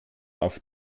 auf